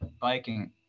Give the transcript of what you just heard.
biking